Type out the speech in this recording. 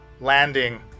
landing